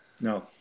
No